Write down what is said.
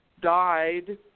died